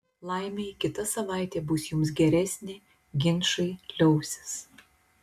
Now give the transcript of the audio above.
laimei kita savaitė bus jums geresnė ginčai liausis